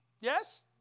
Yes